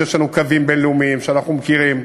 שיש לנו קווים בין-לאומיים שאנחנו מכירים,